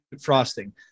frosting